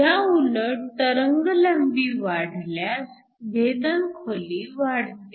ह्याउलट तरंगलांबी वाढल्यास भेदन खोली वाढते